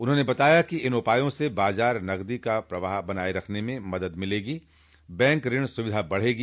उन्होंने बताया कि इन उपायों से बाजार नकदी का प्रवाह बनाये रखने में मदद मिलेगी बैंक ऋण सुविधा बढ़ेगी